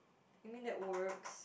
you mean that works